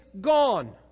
gone